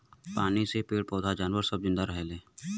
पानी से पेड़ पौधा जानवर सब जिन्दा रहेले